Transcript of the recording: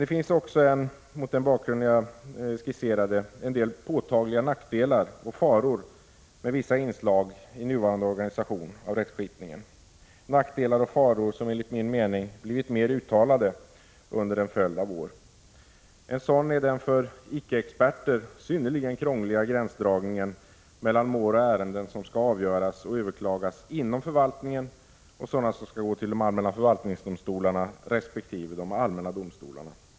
Det finns också mot den bakgrund som jag skisserade en del påtagliga nackdelar och faror med vissa inslag i nuvarande organisation av rättskipningen — nackdelar och faror som enligt min mening blivit mer uttalade under en följd av år. En sådan är den för icke-experter synnerligen krångliga gränsdragningen mellan mål och ärenden som skall avgöras och överklagas inom förvaltningen och sådana som skall gå till de allmänna förvaltningsdomstolarna resp. de allmänna domstolarna.